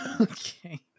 Okay